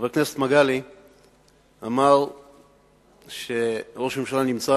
חבר הכנסת מגלי אמר שראש הממשלה נמצא